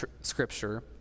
Scripture